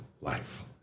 life